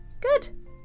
Good